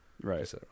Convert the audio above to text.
Right